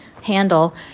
handle